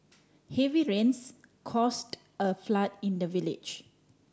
heavy rains caused a flood in the village